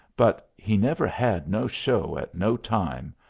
but he never had no show at no time,